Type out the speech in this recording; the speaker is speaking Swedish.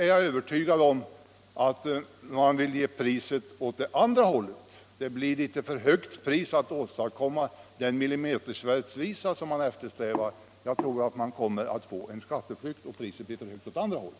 Men jag är övertygad om att det skulle bli ett för högt pris åt andra hållet om vi försökte åstadkomma den milimeterrättvisa som somliga eftersträvar. Jag tror att man skulle få en skatteflykt, och det priset blir för högt för samhället.